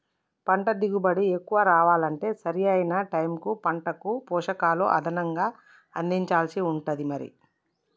పంట దిగుబడి ఎక్కువ రావాలంటే సరి అయిన టైముకు పంటకు పోషకాలు అదనంగా అందించాల్సి ఉంటది మరి